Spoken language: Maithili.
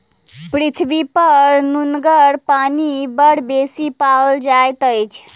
पृथ्वीपर नुनगर पानि बड़ बेसी पाओल जाइत अछि